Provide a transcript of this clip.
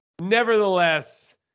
nevertheless